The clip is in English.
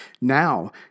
Now